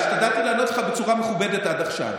השתדלתי לענות לך בצורה מכובדת עד עכשיו.